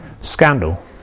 scandal